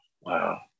wow